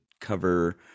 cover